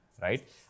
right